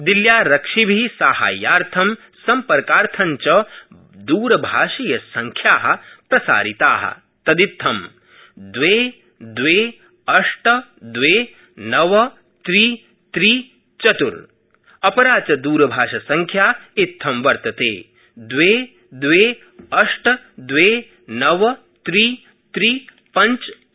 दिल्ल्यारक्षिभि साहाय्यार्थ सम्पर्कार्थ च द्रभाषीयसंख्या प्रसारिता तदित्थं दवे दवे अष्ट दवे नव त्रि चत्र् अपरा च द्रभाषसंख्या इत्थं वर्तते दवे दवे अष्ट दवे नव त्रि पञ्च इति